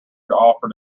offered